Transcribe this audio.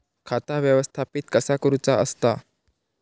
खाता व्यवस्थापित कसा करुचा असता?